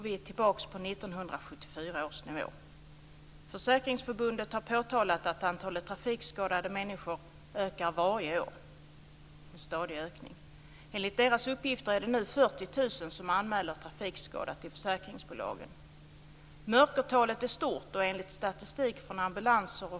Vi vet också att insatserna för detta är mycket kostnadseffektiva. Transportøkonomisk institutt vill lyfta fram att det är i den fysiska miljön som man kan få fram de konkreta effekterna. Det är där som insatserna får störst effekt.